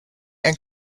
and